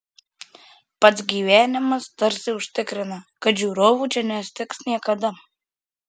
pats gyvenimas tarsi užtikrina kad žiūrovų čia nestigs niekada